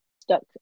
stuck